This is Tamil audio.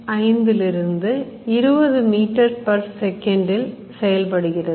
5 லிருந்து 20 meter per second இல் செயல்படுகிறது